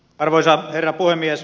arvoisa herra puhemies